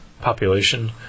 population